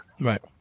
Right